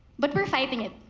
but we're fighting it.